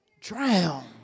Drown